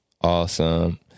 Awesome